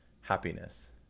happiness